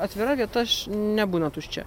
atvira vieta nebūna tuščia